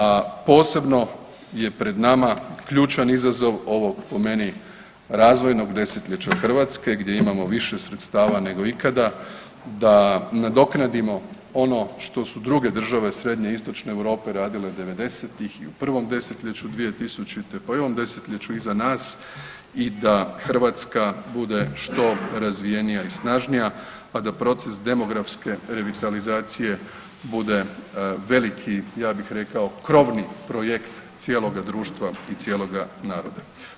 A posebno je pred nama ključan izazov ovog po meni razvojnog 10-ljeća Hrvatske gdje imamo više sredstava nego ikada da nadoknadimo ono što su druge države srednje i istočne Europe radile '90.-tih i u prvom 10-ljeću 2000., pa i u ovom 10-ljeću iza nas i da Hrvatska bude što razvijenija i snažnija, a da proces demografske revitalizacije bude veliki, ja bih rekao, krovni projekt cijeloga društva i cijeloga naroda.